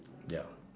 ya